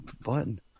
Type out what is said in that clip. button